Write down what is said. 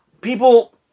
people